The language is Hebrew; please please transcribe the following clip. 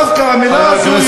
דווקא המילה הזו,